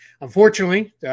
unfortunately